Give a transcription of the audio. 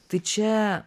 tai čia